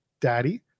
Daddy